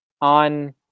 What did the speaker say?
on